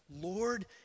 Lord